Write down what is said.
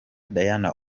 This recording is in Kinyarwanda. diana